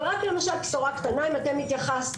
אבל רק למשל בשורה קטנה, אם התייחסתם